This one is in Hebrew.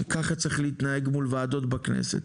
ככה צריך להתנהג מול ועדות בכנסת.